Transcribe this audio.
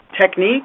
technique